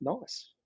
nice